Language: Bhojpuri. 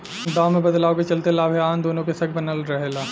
दाम में बदलाव के चलते लाभ आ हानि दुनो के शक बनल रहे ला